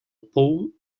pou